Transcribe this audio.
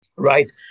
Right